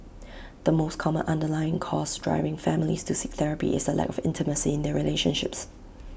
the most common underlying cause driving families to seek therapy is the lack of intimacy in their relationships